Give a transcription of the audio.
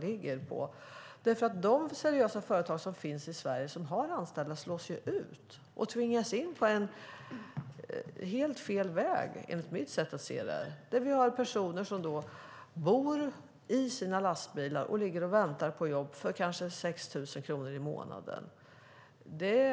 Annars slås de seriösa företagen i Sverige som har anställda ut och tvingas in på helt fel väg. Vi får personer som bor i sina lastbilar och väntar på jobb för kanske 6 000 kronor i månaden.